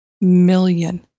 million